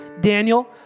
Daniel